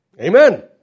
Amen